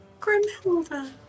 Grimhilda